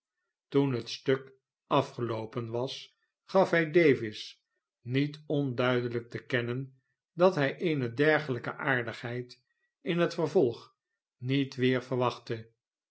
toen het stuk afgeloopen was gaf hij davis niet onduidelijk te kennen dat hij eene dergelijke aardigheid in t vervolg niet weer verwachtte